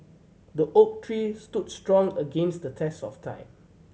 the oak tree stood strong against the test of time